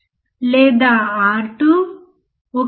5 లేదా 13